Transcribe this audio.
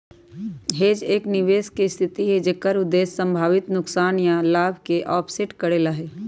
hedge एक निवेश के स्थिति हई जेकर उद्देश्य संभावित नुकसान या लाभ के ऑफसेट करे ला हई